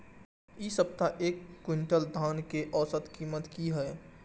इ सप्ताह एक क्विंटल धान के औसत कीमत की हय?